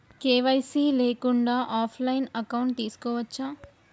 KYC లేకుండా కూడా offline account తీసుకోవచ్చా?